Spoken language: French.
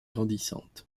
grandissante